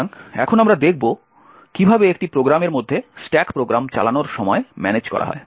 সুতরাং এখন আমরা দেখব কীভাবে একটি প্রোগ্রামের মধ্যে স্ট্যাক প্রোগ্রাম চালানোর সময় ম্যানেজ করা হয়